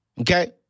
Okay